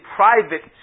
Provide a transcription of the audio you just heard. private